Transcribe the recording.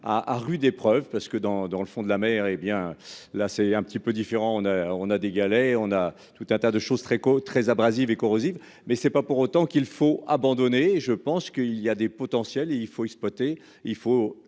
à rude épreuve, parce que dans dans le fond de la mer, hé bien là c'est un petit peu différent, on a, on a des galets, on a tout un tas de choses très co très abrasive et corrosive mais c'est pas pour autant qu'il faut abandonner je pense qu'il y a des potentiels et il faut exploiter, il faut